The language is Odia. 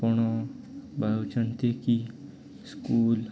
କ'ଣ ବାରୁଛନ୍ତି କି ସ୍କୁଲ